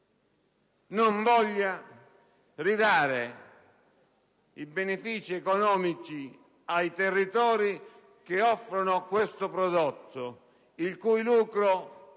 non voglia ridare i benefici economici ai territori che offrono questo prodotto, il cui lucro è